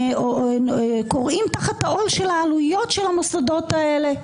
שכורעים תחת העול של העלויות של המוסדות האלה.